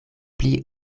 pli